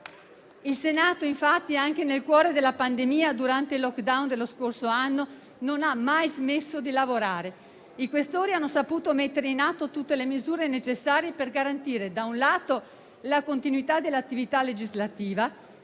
Il Senato, infatti, anche nel cuore della pandemia, durante il *lockdown* dello scorso anno, non ha mai smesso di lavorare. I senatori Questori hanno saputo mettere in atto tutte le misure necessarie per garantire - da un lato - la continuità dell'attività legislativa